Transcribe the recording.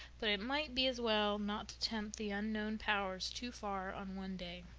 but it might be as well not to tempt the unknown powers too far on one day.